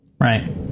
Right